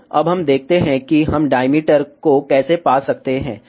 तो अब हम देखते हैं कि हम डायमीटर को कैसे पा सकते हैं